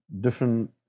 different